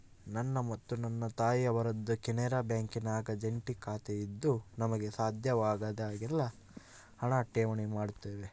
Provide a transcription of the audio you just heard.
ನನ್ನ ಮತ್ತು ನನ್ನ ತಾಯಿಯವರದ್ದು ಕೆನರಾ ಬ್ಯಾಂಕಿನಾಗ ಜಂಟಿ ಖಾತೆಯಿದ್ದು ನಮಗೆ ಸಾಧ್ಯವಾದಾಗೆಲ್ಲ ಹಣ ಠೇವಣಿ ಮಾಡುತ್ತೇವೆ